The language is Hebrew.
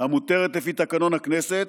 המותרת לפי תקנון הכנסת,